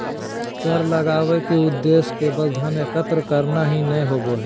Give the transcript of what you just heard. कर लगावय के उद्देश्य केवल धन एकत्र करना ही नय होबो हइ